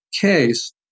case